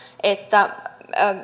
että